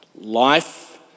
life